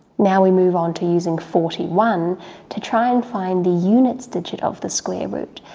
now we move on to using forty one to try and find the units digit of the square root.